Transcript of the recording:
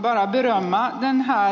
herr talman